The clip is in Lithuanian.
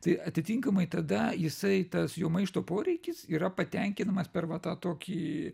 tai atitinkamai tada jisai tas jų maišto poreikis yra patenkinamas per va tą tokį